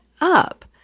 up